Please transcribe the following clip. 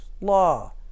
law